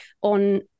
on